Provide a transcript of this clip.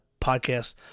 podcast